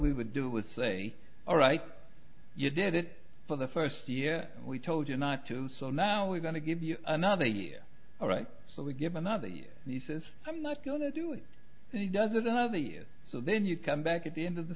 we would do with say alright you did it for the first year we told you not to so now we're going to give you another year all right so we give another year and he says i'm not going to do it and he doesn't have the so then you come back at the end of the